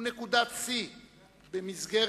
הוא נקודת שיא במסגרת